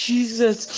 Jesus